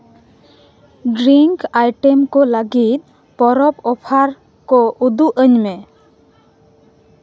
drink item ᱠᱚ ᱞᱟᱹᱜᱤᱫ ᱯᱚᱨᱚᱵᱽ ᱚᱯᱷᱟᱨ ᱠᱚ ᱩᱫᱩᱜᱼᱟᱹᱧ ᱢᱮ